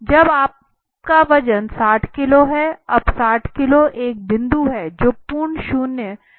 अब आपका वजन 60 किलो है अब 60 किलो एक बिंदु है जो पूर्ण शून्य से शुरू होती है